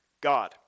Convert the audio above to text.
God